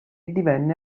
divenne